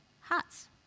hearts